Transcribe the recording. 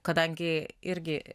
kadangi irgi